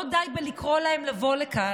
לא די בלקרוא להם לבוא לכאן,